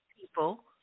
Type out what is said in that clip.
people